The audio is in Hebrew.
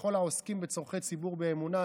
וכל העוסקים בצורכי ציבור באמונה,